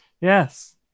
Yes